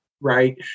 right